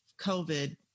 covid